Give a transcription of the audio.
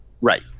Right